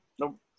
Nope